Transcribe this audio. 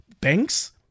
banks